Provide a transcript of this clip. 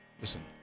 Listen